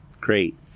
Great